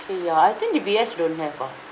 okay ah I think D_B_S don't have ah